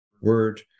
word